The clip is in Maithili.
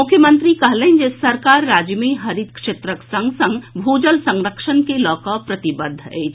मुख्यमंत्री कहलनि जे सरकार राज्य मे हरित क्षेत्रक संग संग भू जल संरक्षण के लऽ कऽ प्रतिबद्ध अछि